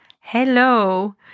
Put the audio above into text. Hello